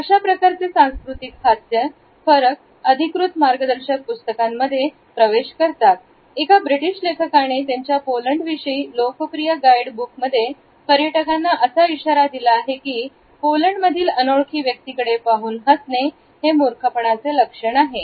अशा प्रकारचे सांस्कृतिक हास्य से फरक अधिकृत मार्गदर्शक पुस्तकांमध्ये प्रवेश करतात एका ब्रिटिश लेखकाने त्यांच्या पोलांड विषयी लोकप्रिय गाईड बुक मध्ये पर्यटकांना असा इशारा दिला आहे की पोलंडमधील अनोळखी व्यक्तीकडे पाहून असणे हे मुर्खपणाचे लक्षण आहे